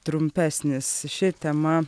trumpesnis ši tema